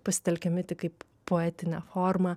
pasitelkiami tik kaip poetinė forma